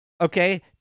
okay